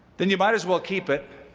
then you might as well keep it